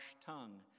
tongue